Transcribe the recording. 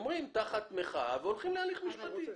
תחת מחאה, אחר כך הולכים להליך משפטי.